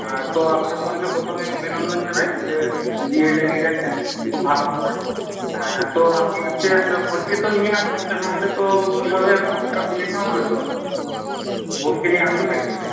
আর তো আপনার বোনকে প্রথমেই অভিনন্দন জানাই যে বিয়ে লেগে গিয়েছে খুব ভালো কথা তো আপনি হচ্ছে আপনার বোনকে তো নিয়ে আসবেন না হলে তো কীভাবে মাপ টাপ নিতে হবে তো বোনকে নিয়ে আসুন একদিন